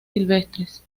silvestres